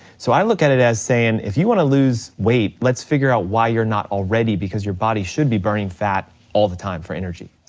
so i look at it as saying if you wanna lose weight let's figure out why you're not already because your body should be burning fat all the time for energy.